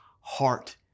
heart